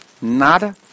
Nada